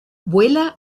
vuela